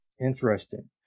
Interesting